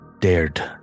dared